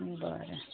बरं